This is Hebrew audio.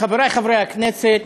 חברי חברי הכנסת,